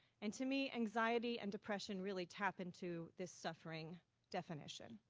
and to me, anxiety and depression really tap into this suffering definition.